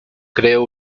creó